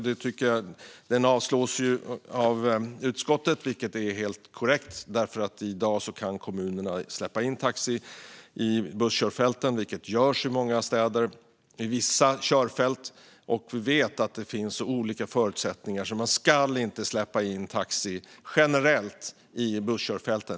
Detta avstyrks av utskottet, vilket är helt korrekt. I dag kan kommunerna nämligen släppa in taxi i busskörfälten, vilket görs i många städer, i vissa körfält. Vi vet att förutsättningarna är olika, så man ska inte släppa in taxi generellt i busskörfält.